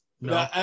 No